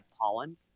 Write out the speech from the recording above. pollen